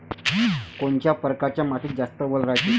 कोनच्या परकारच्या मातीत जास्त वल रायते?